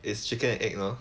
is chicken and egg lor